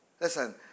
Listen